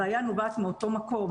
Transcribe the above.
הבעיה נובעת מאותו מקום,